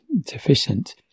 deficient